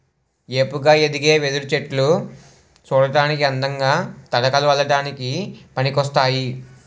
ఏపుగా ఎదిగే వెదురు చెట్టులు సూడటానికి అందంగా, తడకలు అల్లడానికి పనికోస్తాయి